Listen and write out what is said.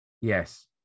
Yes